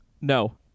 no